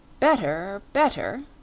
better better,